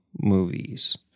movies